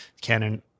Canon